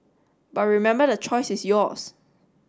but remember the choice is yours